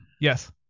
Yes